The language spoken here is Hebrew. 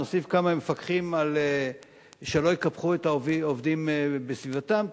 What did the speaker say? נוסיף כמה מפקחים שלא יקפחו את העובדים בסביבתם,